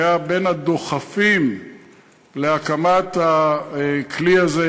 שהיה בין הדוחפים להקמת הכלי הזה,